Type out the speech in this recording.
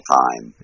time